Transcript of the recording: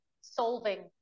solving